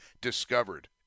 discovered